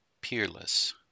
peerless